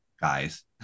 guys